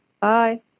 Bye